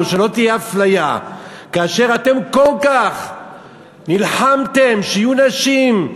שלא תהיה אפליה כאשר אתם כל כך נלחמתם שיהיו נשים,